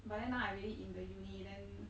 but then now I already in the uni then